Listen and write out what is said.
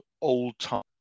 old-time